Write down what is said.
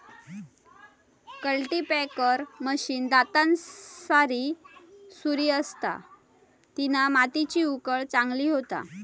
cultipacker machine दातांसारी सुरी असता तिना मातीची उकळ चांगली होता